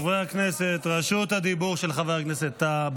חברי הכנסת, רשות הדיבור של חבר הכנסת טאהא.